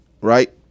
right